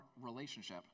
relationship